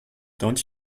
don’t